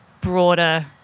broader